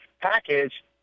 package